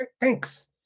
Thanks